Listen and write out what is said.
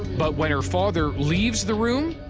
but when her father leaves the room,